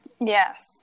Yes